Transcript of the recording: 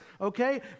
okay